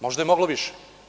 Možda je moglo više.